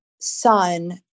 son